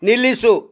ನಿಲ್ಲಿಸು